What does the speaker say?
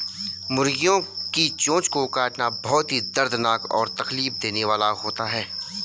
मुर्गियों की चोंच को काटना बहुत ही दर्दनाक और तकलीफ देने वाला होता है